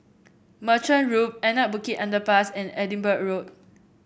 Merchant Loop Anak Bukit Underpass and Edinburgh Road